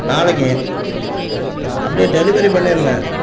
நாளைக்கு அப்படே டெலிவரி பண்ணிடுங்க